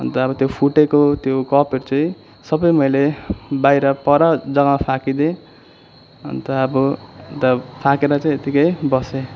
अन्त अब त्यो फुटेको त्यो कपहरू चाहिँ सबै मैले बाहिर पर जग्गामा फ्याँकिदिएँ अन्त अब फ्याँकेर चाहिँ यतिकै बसेँ